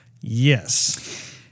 Yes